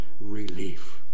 relief